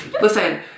Listen